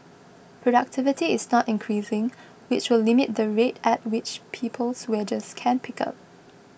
productivity is not increasing which will limit the rate at which people's wages can pick up